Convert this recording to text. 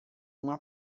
uma